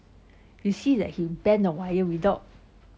you see that he bend the wire without